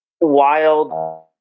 wild